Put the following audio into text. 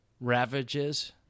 Ravages